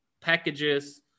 packages